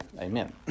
amen